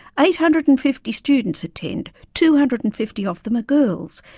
eight hundred and fifty students attend, two hundred and fifty of them are girls.